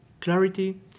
clarity